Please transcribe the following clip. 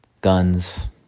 guns